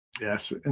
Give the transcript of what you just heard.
yes